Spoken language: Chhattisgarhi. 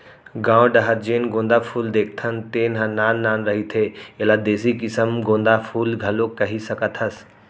गाँव डाहर जेन गोंदा फूल देखथन तेन ह नान नान रहिथे, एला देसी किसम गोंदा फूल घलोक कहि सकत हस